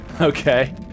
Okay